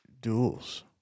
Duels